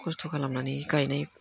खस्थ' खालामनानै गायनाय